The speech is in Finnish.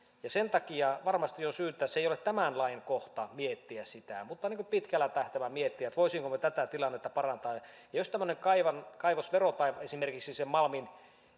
sen takia varmasti on syytä ei ole tämän lain kohta miettiä sitä pitkällä tähtäimellä miettiä voisimmeko me tätä tilannetta parantaa ja ja jos tämmöinen kaivosvero tai esimerkiksi se malmin